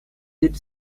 did